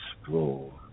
explore